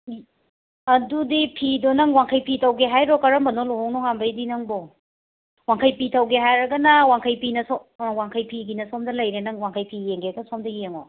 ꯑꯗꯨꯗꯤ ꯐꯤꯗꯣ ꯅꯪ ꯋꯥꯡꯈꯩ ꯐꯤ ꯇꯧꯒꯦ ꯍꯥꯏꯔꯣ ꯀꯔꯝꯕꯅꯣ ꯂꯨꯍꯣꯡ ꯅꯣꯉꯥꯟꯕꯩꯗꯤ ꯅꯪꯕꯣ ꯋꯥꯡꯈꯩ ꯐꯤ ꯇꯧꯒꯦ ꯍꯥꯏꯔꯒꯅ ꯋꯥꯡꯈꯩ ꯐꯤꯅ ꯁꯣꯝ ꯋꯥꯡꯈꯩ ꯐꯤꯒꯤꯅ ꯁꯣꯝꯗ ꯂꯩꯔꯦ ꯅꯪ ꯋꯥꯡꯈꯩ ꯐꯤ ꯌꯦꯡꯒꯦꯒ ꯁꯣꯝꯗ ꯌꯦꯡꯉꯣ